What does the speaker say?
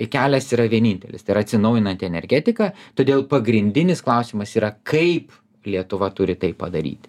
kelias yra vienintelis tai yra atsinaujinanti energetika todėl pagrindinis klausimas yra kaip lietuva turi tai padaryti